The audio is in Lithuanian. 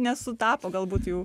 nesutapo galbūt jų